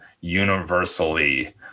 universally